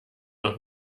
noch